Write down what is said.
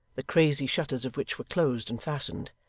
the crazy shutters of which were closed and fastened.